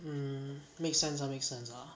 mm makes sense ah make sense ah